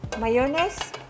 mayonnaise